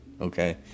Okay